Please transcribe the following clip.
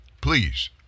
Please